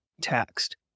taxed